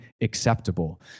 acceptable